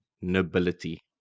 nobility